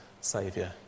saviour